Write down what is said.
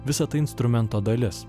visa tai instrumento dalis